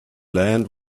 land